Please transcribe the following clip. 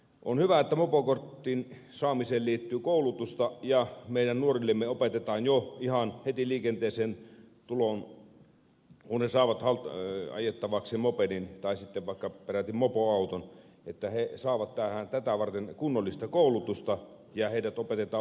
on hyvä että mopokortin saamiseen liittyy koulutusta ja meidän nuoremme jo ihan heti liikenteeseen tullessaan kun he saavat ajettavaksi mopedin tai sitten vaikka peräti mopoauton saavat tätä varten kunnollista koulutusta ja heidät opetetaan vastuulliseen liikennekäyttäytymiseen